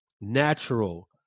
natural